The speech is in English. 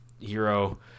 hero